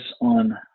on